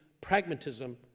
pragmatism